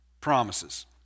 promises